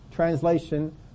Translation